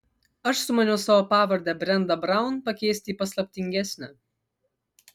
aš sumaniau savo pavardę brenda braun pakeisti į paslaptingesnę